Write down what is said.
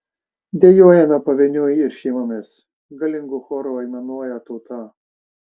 dejuojame pavieniui ir šeimomis galingu choru aimanuoja tauta